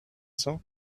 cent